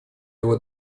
его